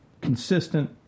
consistent